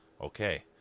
Okay